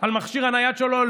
על המכשיר הנייד שלו.